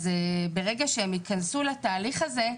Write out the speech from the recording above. ברגע שהם יכנסו לתהליך הזה,